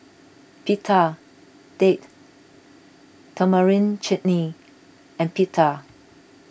Pita Date Tamarind Chutney and Pita